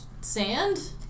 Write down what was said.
sand